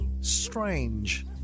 Strange